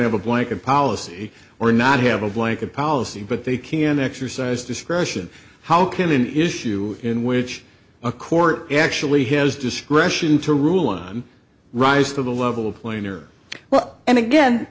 have a blanket policy or not have a blanket policy but they can exercise discretion how can issue in which a court actually has discretion to rule on rise to the level of play or well and again